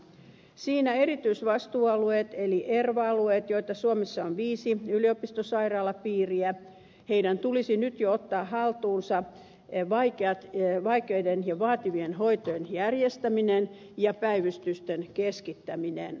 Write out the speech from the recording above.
siinä erityisvastuualueiden eli erva alueiden joita suomessa on viisi yliopistosairaalapiiriä tulisi nyt jo ottaa haltuunsa vaikeiden ja vaativien hoitojen järjestäminen ja päivystysten keskittäminen